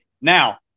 Now